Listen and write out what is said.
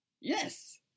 Yes